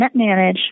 NetManage